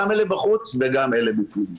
גם אלה בחוץ וגם אלה בפנים.